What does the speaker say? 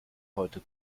heute